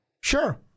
Sure